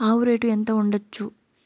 ఆవు రేటు ఎంత ఉండచ్చు?